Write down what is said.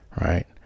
right